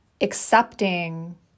accepting